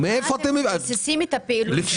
מאיפה אתם מביאים את זה?